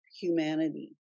humanity